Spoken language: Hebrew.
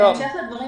בהמשך לדברים